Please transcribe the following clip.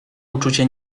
uczucie